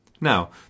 Now